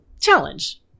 challenge